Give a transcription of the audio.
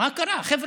מה קרה, חבר'ה?